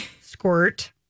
squirt